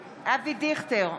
דיכטר,